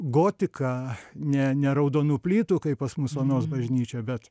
gotiką ne ne raudonų plytų kaip pas mus onos bažnyčia bet